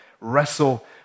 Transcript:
wrestle